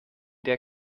der